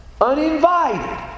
uninvited